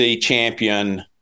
champion